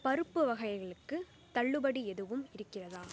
பருப்பு வகைகளுக்குத் தள்ளுபடி எதுவும் இருக்கிறதா